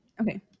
Okay